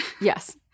Yes